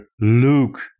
luke